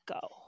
go